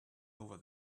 over